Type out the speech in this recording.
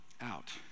out